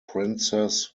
princess